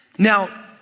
Now